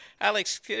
Alex